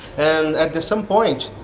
and at some point,